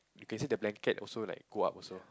can see the blanket also like go up also